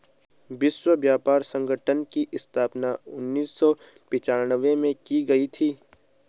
विश्व व्यापार संगठन की स्थापना उन्नीस सौ पिच्यानवे में की गई थी